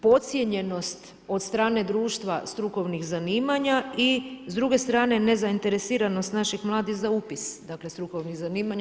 Podcijenjenost od strane društva strukovnih zanimanja i s druge strane nezainteresiranost naših mladih za upis, dakle strukovnih zanimanja.